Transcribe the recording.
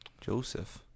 Joseph